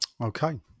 Okay